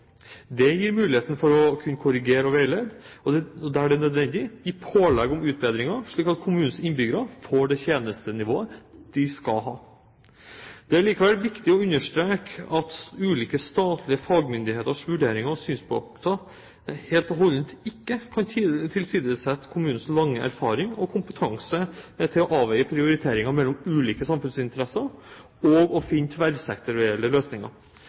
Det gir muligheten for å kunne korrigere og veilede, og, der det er nødvendig, gi pålegg om utbedringer slik at kommunens innbyggere får det tjenestenivået de skal ha. Det er likevel viktig å understreke at ulike statlige fagmyndigheters vurderinger og synspunkter helt og holdent ikke kan tilsidesette kommunens lange erfaring og kompetanse til å avveie prioriteringer mellom ulike samfunnsinteresser og finne